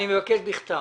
אני מבקש בכתב.